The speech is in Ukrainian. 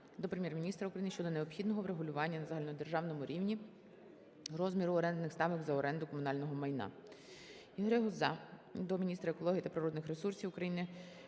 Дякую.